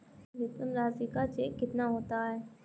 अधिकतम राशि का चेक कितना होता है?